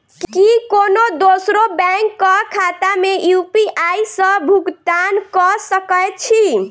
की कोनो दोसरो बैंक कऽ खाता मे यु.पी.आई सऽ भुगतान कऽ सकय छी?